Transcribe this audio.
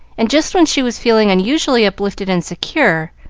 and just when she was feeling unusually uplifted and secure,